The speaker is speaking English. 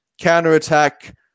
Counter-attack